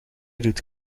doet